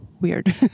weird